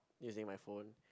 using my phone